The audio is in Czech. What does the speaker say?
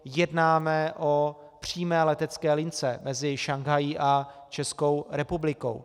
Jednáme o přímé letecké lince mezi Šanghají a Českou republikou.